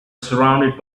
surrounded